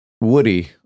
Woody